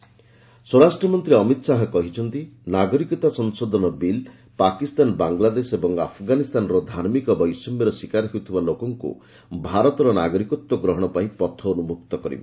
Shah citizenship bill ସ୍ୱରାଷ୍ଟ୍ର ମନ୍ତ୍ରୀ ଅମିତ୍ ଶାହା କହିଛନ୍ତି ନାଗରିକତା ସଂଶୋଧନ ବିଲ୍ ପାକିସ୍ତାନ ବାଂଲାଦେଶ ଓ ଆଫଗାନିସ୍ତାନର ଧାର୍ମିକ ବୈଷମ୍ୟର ଶିକାର ହେଉଥିବା ଲୋକମାନଙ୍କୁ ଭାରତର ନାଗରିକତ୍ୱ ଗ୍ରହଣ ପାଇଁ ପଥ ଉନ୍କକ୍ତ କରିବ